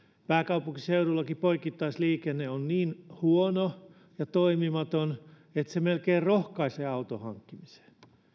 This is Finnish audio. pääkaupunkiseudullakin poikittaisliikenne on niin huono ja toimimaton että se melkein rohkaisee auton hankkimiseen